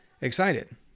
excited